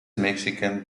mexican